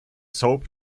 soap